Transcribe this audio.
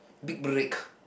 big break